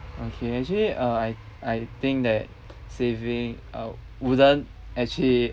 okay actually uh I I think that saving uh wouldn't actually